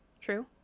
true